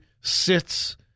sits